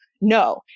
No